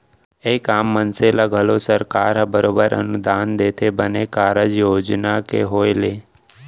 एक आम मनसे ल घलौ सरकार ह बरोबर अनुदान देथे बने कारज योजना के होय ले